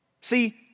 See